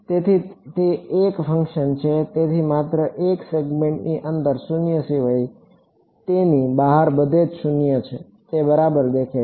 તેથી તે એક ફંક્શન છે અને તેથી માત્ર એક સેગમેન્ટની અંદર શૂન્ય સિવાય તેની બહાર બધે જ શૂન્ય તે બરાબર દેખાય છે